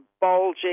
bulging